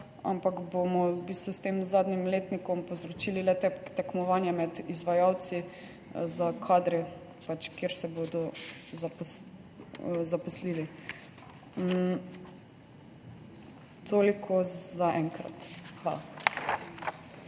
ampak bomo s tem zadnjim letnikom povzročili le tekmovanje med izvajalci za kadre, kjer se bodo zaposlili. Toliko zaenkrat. Hvala.